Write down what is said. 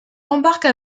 embarque